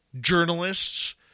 journalists